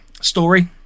story